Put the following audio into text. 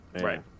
right